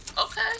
okay